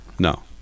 No